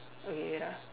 okay wait ah